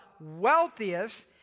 wealthiest